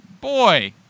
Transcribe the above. Boy